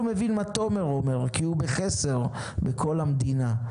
מבין מה תומר אומר כי הוא בחסר בכל המדינה,